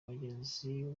mugenzi